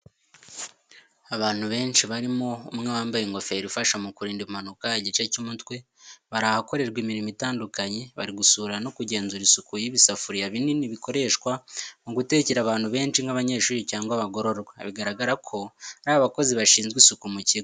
Abantu benshi harimo umwe wambaye ingofero ifasha mu kurinda impanuka igice cy'umutwe bari ahakorerwa imirimo itandukanye, bari gusura no kugenzura isuku y'ibisafuriya binini bikoreshwa mu gutekera abantu benshi nk'abanyeshuri cyangwa abagororwa. Biragaragara ko ari abakozi bashinzwe isuku mu kigo.